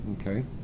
Okay